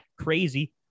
crazy